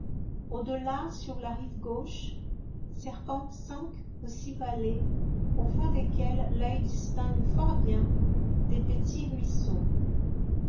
au-delà sur la rive gauche serpentent cinq ou six vallées au fond desquelles l'oeil distingue fort bien de petits ruisseaux